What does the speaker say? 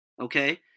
Okay